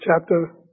chapter